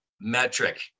metric